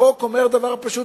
החוק אומר דבר פשוט,